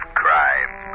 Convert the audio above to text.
crime